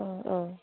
औ औ